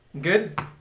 good